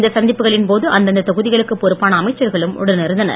இந்த சந்திப்புகளின் போது அந்தந்த தொகுதிகளுக்கு பொறுப்பான அமைச்சர்களும் உடனிருந்தனர்